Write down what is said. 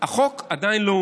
אני לא יודע.